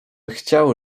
chciał